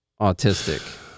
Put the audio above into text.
autistic